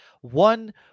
One